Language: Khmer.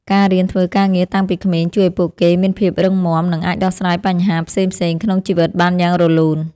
ការរៀនធ្វើការងារតាំងពីក្មេងជួយឱ្យពួកគេមានភាពរឹងមាំនិងអាចដោះស្រាយបញ្ហាផ្សេងៗក្នុងជីវិតបានយ៉ាងរលូន។